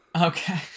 Okay